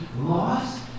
lost